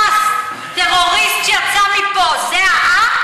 גטאס, טרוריסט שיצא מפה, זה העם?